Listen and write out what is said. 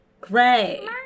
Gray